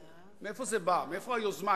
מאיפה זה בא, מאיפה היוזמה?